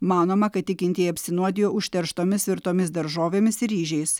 manoma kad tikintieji apsinuodijo užterštomis virtomis daržovėmis ir ryžiais